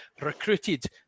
recruited